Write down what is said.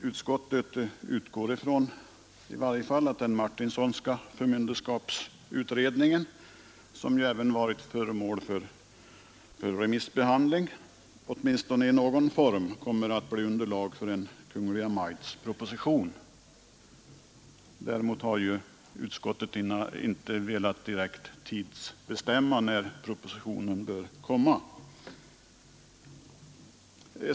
Utskottet utgår för sin del ifrån att den Martinssonska förmynderskapsutredningen, som även varit föremål för remissbehandling, i någon form kommer att bilda underlag för en Kungl. Maj:ts proposition. Däremot har utskottet inte direkt velat tidsbestämma propositionen.